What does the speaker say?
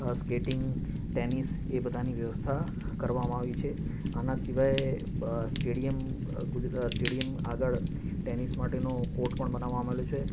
skating tennis એ બધાની વ્યવસ્થા કરવામાં આવી છે આના સિવાય સ્ટેડિયમ ગુજ સ્ટેડિયમ આગળ ટેનિસ માટેનો કોટ પણ બનાવામાં આવેલો છે